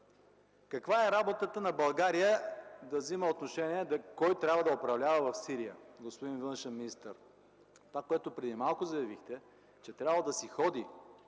Каква е работата на България да взема отношение кой трябва да управлява в Сирия, господин външен министър? Това, което преди малко заявихте – че трябва да си ходи